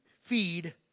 feed